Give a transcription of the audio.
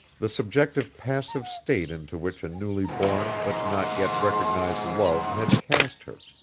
the subjective passive state into which a newly born but not yet recognized love had cast her,